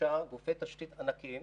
משלושה גופי תשתית ענקיים,